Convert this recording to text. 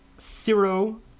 zero